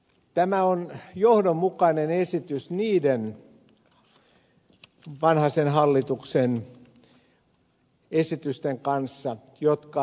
tämä on johdonmukainen esitys niiden vanhasen hallituksen esitysten kanssa jotka heikentävät luonnonsuojelua